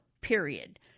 period